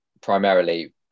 primarily